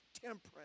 temperance